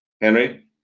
Henry